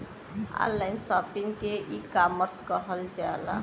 online shopping के ecommerce कहल जाला